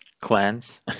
clans